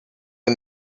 and